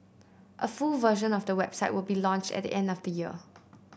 a full version of the website will be launched at the end of the year